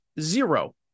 zero